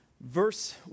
Verse